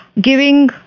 giving